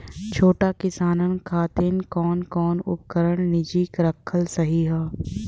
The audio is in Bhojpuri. छोट किसानन खातिन कवन कवन उपकरण निजी रखल सही ह?